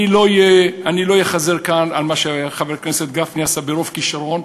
אני לא אחזור כאן על מה שחבר הכנסת גפני עשה ברוב כישרון,